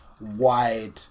wide